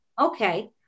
Okay